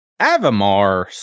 Avamar